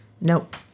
Nope